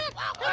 yeah wow!